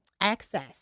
access